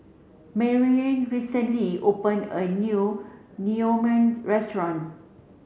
Maryanne recently opened a new Naengmyeon restaurant